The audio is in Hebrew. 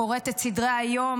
קוראת את סדרי היום